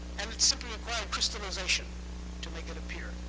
and it simply required crystallization to make it appear.